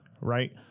right